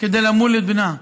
כדי למול את בנה.